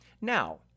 Now